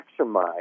maximize